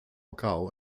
cao